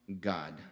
God